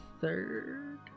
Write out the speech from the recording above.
third